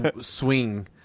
swing